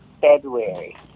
February